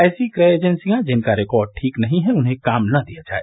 ऐसी क्रय एजेंसियां जिनका रिकॉर्ड ठीक नही है उन्हें काम न दिया जाय